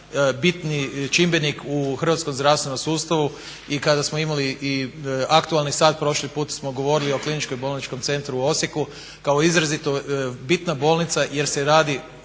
bitni čimbenik u hrvatskom zdravstvenom sustavu. I kada smo imali i aktualni sat prošli put smo govorili o Kliničkom bolničkom centru u Osijeku kao izrazito bitna bolnica jer se radi